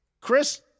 Chris